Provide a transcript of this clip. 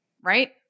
right